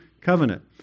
covenant